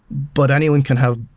but anyone can have